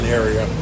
area